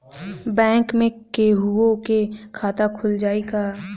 Bank में केहूओ के खाता खुल जाई का?